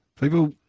People